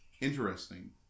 interesting